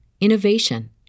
innovation